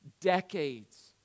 decades